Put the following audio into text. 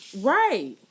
Right